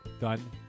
Done